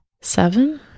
Seven